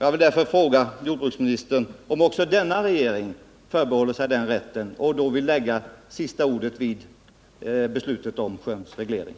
Jag vill därför fråga jordbruksministern om också den nuvarande regeringen förbehåller sig den rätten och vill ha sista ordet i beslutet om sjöns reglering.